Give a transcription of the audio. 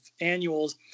annuals